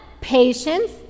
Patience